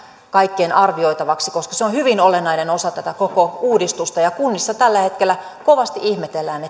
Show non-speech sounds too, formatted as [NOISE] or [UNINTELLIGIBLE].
tähän kaikkien arvioitavaksi koska se on hyvin olennainen osa tätä koko uudistusta ja kunnissa tällä hetkellä kovasti ihmetellään [UNINTELLIGIBLE]